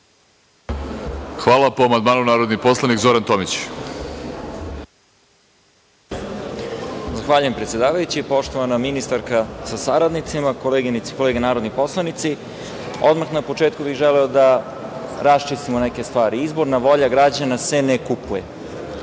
HvalaReč ima narodni poslanik Zoran Tomić. **Zoran Tomić** Zahvaljujem predsedavajući. Poštovana ministarka sa saradnicima, koleginice i kolege narodni poslanici, odmah na početku bih želeo da raščistimo neke stvari. Izborna volja građana se ne kupuje,